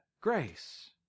grace